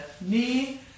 knee